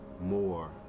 more